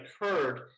occurred